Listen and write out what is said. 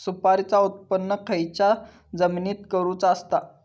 सुपारीचा उत्त्पन खयच्या जमिनीत करूचा असता?